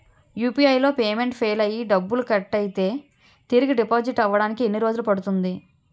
UPI లో payment fail అయ్యి డబ్బులు కట్ అయితే తిరిగి డిపాజిట్ అవ్వడానికి ఎన్ని రోజులు పడుతుంది?